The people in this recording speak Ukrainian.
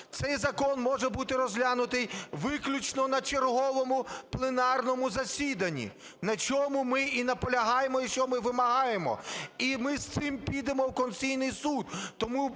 Цей закон може бути розглянутий виключно на черговому пленарному засіданні, на чому ми і наполягаємо і що ми вимагаємо. І ми з цим підемо в Конституційний Суд.